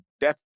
death